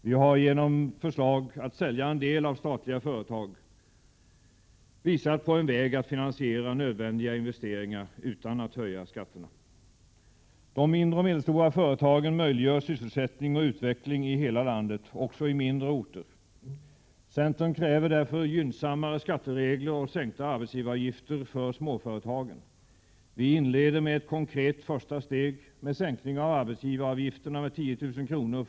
Vi har genom förslag att sälja en del statliga företag visat på en väg att finansiera nödvändiga investeringar utan att höja skatterna. De mindre och medelstora företagen möjliggör sysselsättning och utveckling i hela landet, också i mindre orter. Centern kräver därför gynnsammare skatteregler och sänkta arbetsgivaravgifter för småföretagen. Vi inleder med ett konkret första steg med sänkning av arbetsgivaravgifterna med 10 000 kr.